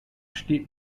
steht